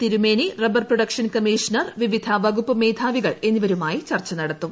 തിരുമേനി rubber production commissioner വിവിധ വകുപ്പു മേധാവികൾ എന്നിവരുമായി ചർച്ച നടത്തും